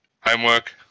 homework